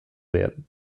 werden